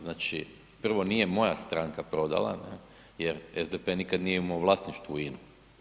Znači, prvo, nije moja stranka prodala jer SDP nikada nije imao u vlasništvu INA-u.